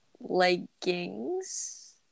leggings